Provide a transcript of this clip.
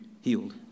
healed